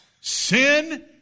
sin